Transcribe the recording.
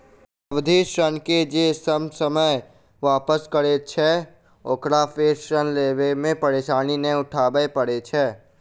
सावधि ऋण के जे ससमय वापस करैत छै, ओकरा फेर ऋण लेबा मे परेशानी नै उठाबय पड़ैत छै